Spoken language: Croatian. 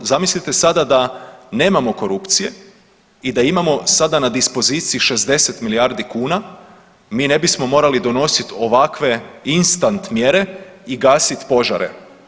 Zamislite sada da nemamo korupcije i da imamo sada na dispoziciji 60 milijardi kuna, mi ne bismo morali donositi ovakve instant mjere i gasit požare.